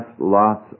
lots